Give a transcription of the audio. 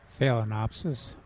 Phalaenopsis